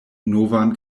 novan